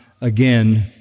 again